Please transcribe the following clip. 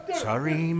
Sorry